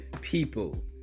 people